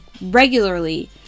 regularly